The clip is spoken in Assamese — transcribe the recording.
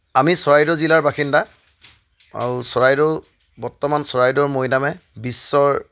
আমি চৰাইদেউ জিলাৰ বাসিন্দা আৰু চৰাইদেউ বৰ্তমান চৰাইদেউৰ মৈদামে বিশ্বৰ